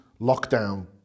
lockdown